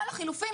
או לחילופין,